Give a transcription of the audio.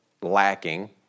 lacking